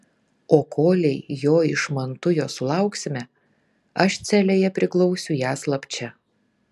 o kolei jo iš mantujos sulauksime aš celėje priglausiu ją slapčia